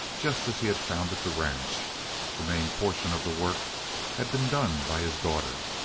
just as he had founded the ranch the main portion of the work had been done by his daughter.